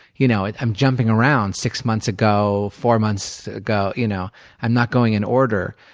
you know i'm jumping around six months ago, four months ago, you know i'm not going in order.